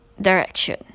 direction